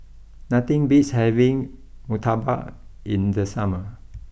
nothing beats having Murtabak in the summer